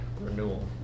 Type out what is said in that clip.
renewal